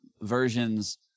versions